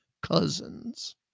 cousins